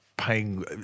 paying